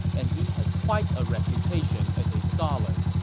and he had quite a reputation as a scholar.